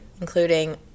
including